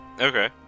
Okay